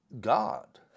God